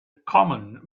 common